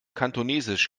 kantonesisch